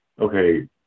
okay